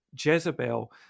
Jezebel